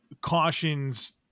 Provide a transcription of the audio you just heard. cautions